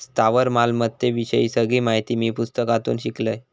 स्थावर मालमत्ते विषयी सगळी माहिती मी पुस्तकातून शिकलंय